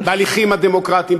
בהליכים הדמוקרטיים,